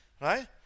Right